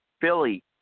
Philly